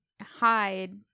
hide